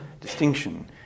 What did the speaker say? distinction